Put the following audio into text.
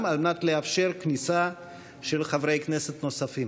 על מנת לאפשר כניסה של חברי כנסת נוספים.